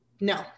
no